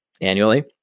annually